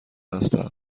هستم